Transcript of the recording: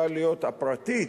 הפרטית,